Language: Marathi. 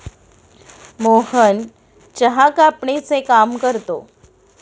मोहन चहा कापणीचे काम करतो